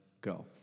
go